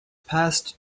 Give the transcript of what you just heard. past